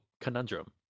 conundrum